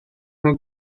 nhw